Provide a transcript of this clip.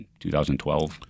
2012